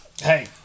Hey